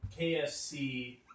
KFC